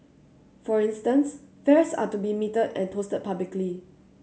for instance fares are to be metered and posted publicly